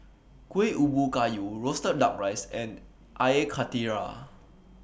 Kuih Ubi Kayu Roasted Duck Rice and Air Karthira